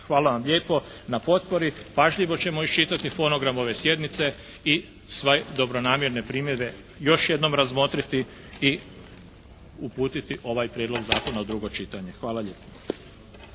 Hvala vam lijepo na potpori, pažljivo ćemo iščitati fonogram ove sjednice i sve dobronamjerne primjedbe još jednom razmotriti i uputiti ovaj Prijedlog zakona u drugo čitanje. Hvala lijepo.